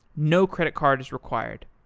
no credit card is required.